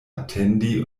atendi